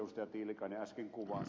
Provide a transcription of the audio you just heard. tiilikainen äsken kuvasi